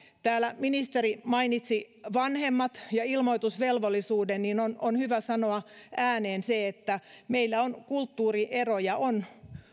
täällä ministeri mainitsi vanhemmat ja ilmoitusvelvollisuuden niin on on hyvä sanoa ääneen se että meillä on kulttuurieroja on